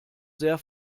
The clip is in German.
sehr